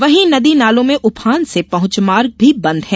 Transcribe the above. वहीं नदी नालों में उफान से पहुंचमार्ग भी बंद है